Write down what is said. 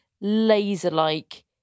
laser-like